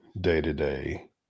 day-to-day